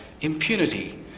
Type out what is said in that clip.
impunity